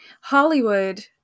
Hollywood